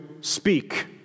speak